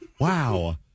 Wow